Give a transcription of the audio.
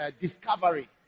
Discovery